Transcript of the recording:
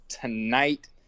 tonight